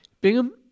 Bingham